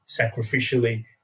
sacrificially